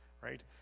Right